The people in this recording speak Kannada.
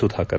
ಸುಧಾಕರ್